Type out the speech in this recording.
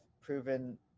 proven